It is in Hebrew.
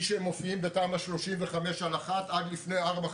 כפי שהם מופיעים בתמ"א 1/35 עד לפני ארבע,